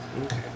Okay